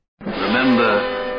Remember